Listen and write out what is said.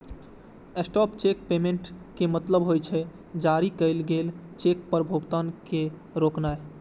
stop check payment के मतलब होइ छै, जारी कैल गेल चेक पर भुगतान के रोकनाय